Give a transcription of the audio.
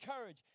courage